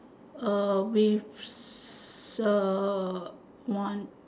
uh with err one